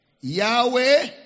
Yahweh